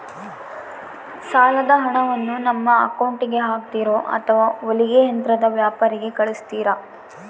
ಸಾಲದ ಹಣವನ್ನು ನಮ್ಮ ಅಕೌಂಟಿಗೆ ಹಾಕ್ತಿರೋ ಅಥವಾ ಹೊಲಿಗೆ ಯಂತ್ರದ ವ್ಯಾಪಾರಿಗೆ ಕಳಿಸ್ತಿರಾ?